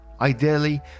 Ideally